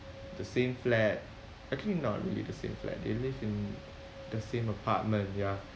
the same flat actually not really the same flat they live in the same apartment ya